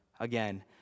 Again